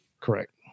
Correct